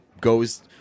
goes